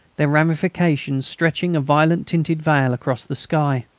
their ramifications stretching a violet-tinted veil across the sky.